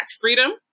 freedom